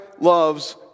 loves